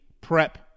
prep